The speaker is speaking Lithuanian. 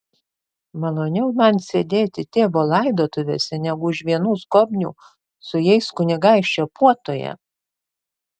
maloniau man sėdėti tėvo laidotuvėse negu už vienų skobnių su jais kunigaikščio puotoje